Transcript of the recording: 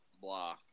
blah